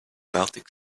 baltic